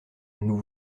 nous